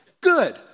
good